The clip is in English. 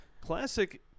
Classic